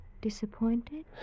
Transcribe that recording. disappointed